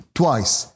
twice